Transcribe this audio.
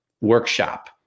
workshop